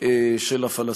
של הפלסטינים.